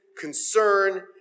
concern